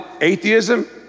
atheism